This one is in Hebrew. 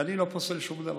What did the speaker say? ואני לא פוסל שום דבר.